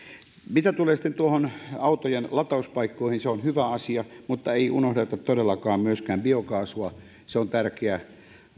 mitä tulee sitten autojen latauspaikkoihin se on hyvä asia mutta ei unohdeta todellakaan myöskään biokaasua se on tärkeä